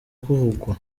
kuvugwa